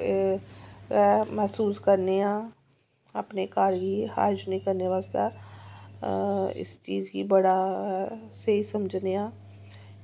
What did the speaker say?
मसूस करने आं अपने घर गी हाईजीनक करने बास्तै इस चीज गी बड़ा स्हेई समझंदे आं